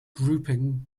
grouping